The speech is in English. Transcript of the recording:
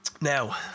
Now